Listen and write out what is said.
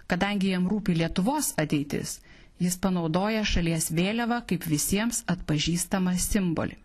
kadangi jam rūpi lietuvos ateitis jis panaudoja šalies vėliavą kaip visiems atpažįstamą simbolį